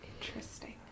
interesting